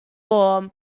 war